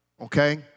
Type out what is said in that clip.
okay